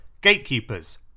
gatekeepers